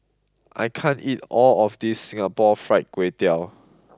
I can't eat all of this Singapore Fried Kway Tiao